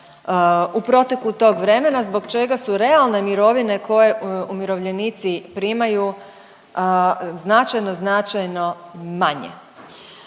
u proteku tog vremena zbog čega su realne mirovine koje umirovljenici primaju značajno, značajno manje.